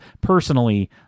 personally